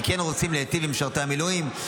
כי כן רוצים להיטיב עם משרתי המילואים.